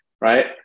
right